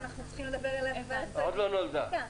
אנחנו צריכים לדבר --- עוד לא נולדה,